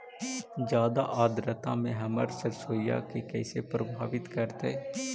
जादा आद्रता में हमर सरसोईय के कैसे प्रभावित करतई?